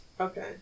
Okay